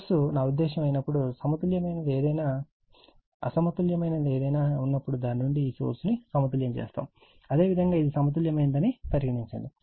source నా ఉద్దేశ్యం అయినప్పుడు అసమతుల్యమైన ఏదైనా ఉన్నప్పుడు దాని నుండి ఈ సోర్స్ ను సమతుల్యం చేస్తాము అదేవిధంగా ఇది సమతుల్యమైనదని పరిగణించండి